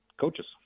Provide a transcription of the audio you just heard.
coaches